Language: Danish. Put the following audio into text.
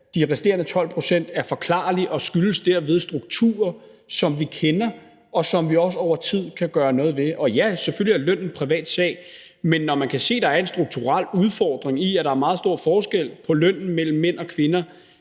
De resterende 12 pct. er forklarlige og skyldes derved strukturer, som vi kender, og som vi også over tid kan gøre noget ved. Og ja, selvfølgelig er løn en privatsag, men når man kan se, at der er en strukturel udfordring i, at der er meget stor forskel på lønnen mellem mænd og kvinder